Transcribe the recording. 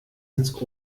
ins